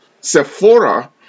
Sephora